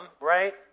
right